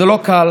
זה לא קל,